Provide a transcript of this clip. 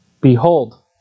Behold